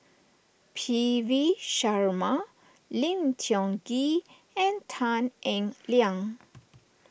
P V Sharma Lim Tiong Ghee and Tan Eng Liang